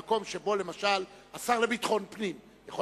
לשקול אם במקום שבו למשל השר לביטחון הפנים יכול